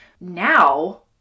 now